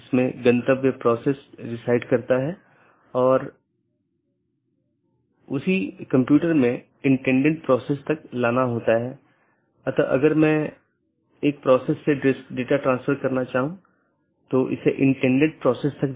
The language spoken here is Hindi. इसलिए जब एक बार BGP राउटर को यह अपडेट मिल जाता है तो यह मूल रूप से सहकर्मी पर भेजने से पहले पथ विशेषताओं को अपडेट करता है